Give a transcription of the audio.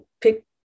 pick